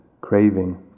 craving